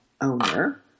owner